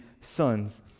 sons